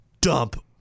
dump